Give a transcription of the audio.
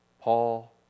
Paul